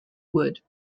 wood